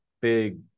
big